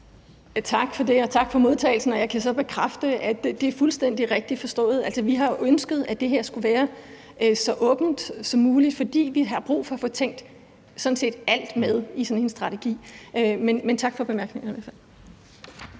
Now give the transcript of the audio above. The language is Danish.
Tak for det. Og tak for modtagelsen af forslaget. Jeg kan så bekræfte, at det er fuldstændig rigtigt forstået. Altså, vi har ønsket, at det her skulle være så åbent som muligt, fordi vi har brug for at få tænkt sådan set alt med i sådan en strategi. Men tak for bemærkningerne. Kl.